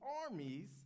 armies